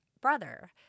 brother